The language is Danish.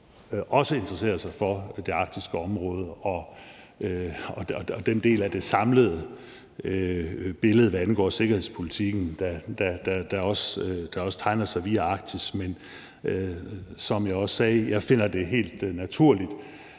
også interesserer sig for det arktiske område og den del af det samlede billede, hvad angår sikkerhedspolitikken, der også tegner sig via Arktis. Men som jeg også sagde, finder jeg det helt naturligt,